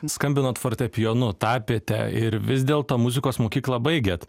skambinot fortepijonu tapėte ir vis dėl to muzikos mokyklą baigėt